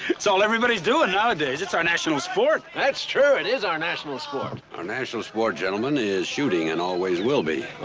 it's all everybody's doing, nowadays. it's our national sport. that's true. it is our national sport. our national sport, gentlemen, is shooting, and always will be.